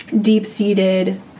deep-seated